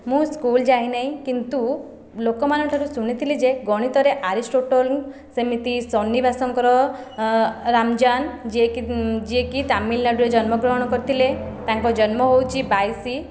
ମୁଁ ସ୍କୁଲ୍ ଯାଇନାହିଁ କିନ୍ତୁ ଲୋକମାନଙ୍କ ଠାରୁ ଶୁଣିଥିଲି ଯେ ଗଣିତରେ ଆରିଷ୍ଟୋଟଲ ସେମିତି ଶ୍ରୀନିବାସ ରାମାନୁଜନ୍ ଯିଏକି ଯିଏକି ତାମିଲନାଡ଼ୁ ରେ ଜନ୍ମ ଗ୍ରହଣ କରିଥିଲେ ତାଙ୍କ ଜନ୍ମ ହେଉଛି ବାଇଶ